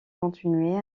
continuer